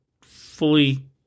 fully